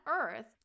earth